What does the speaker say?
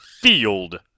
field